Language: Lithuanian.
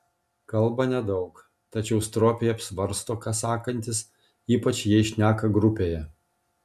kalba nedaug tačiau stropiai apsvarsto ką sakantis ypač jei šneka grupėje